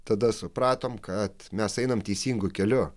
tada supratome kad mes einam teisingu keliu